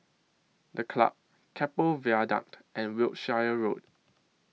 The Club Keppel Viaduct and Wiltshire Road